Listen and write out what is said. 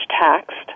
taxed